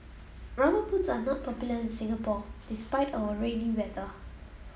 rubber boots are not popular in Singapore despite our rainy weather